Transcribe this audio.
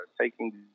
taking